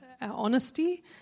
honesty